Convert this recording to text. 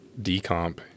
decomp